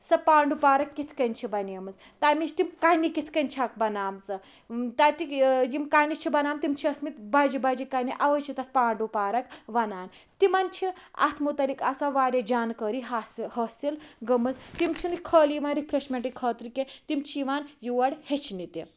سۄ پانٛڈوٗ پارَک کِتھ کنۍ چھِ بَنیمٕژ تمچ تِم کَنہِ کِتھ کنۍ چھَکھ بَنامژٕ تتکھ یِم کَنہٕ چھِ بَنام تِم چھِ ٲسۍ مٕتۍ بَجہِ بَجہِ کَنہٕ اَوے چھِ تَتھ پانٛڈوٗ پارَک وَنان تِمَن چھِ اتھ مُتَلعق آسان واریاہ جانکٲری حاصل حٲصل گٔمٕژ تِم چھِ نہٕ خٲلی یِمَن رِفریڈشمنٹ خٲطرِ کینٛہہ تِم چھِ یِوان یور ہیٚچھنہِ تہِ